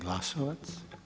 Glasovac.